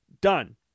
Done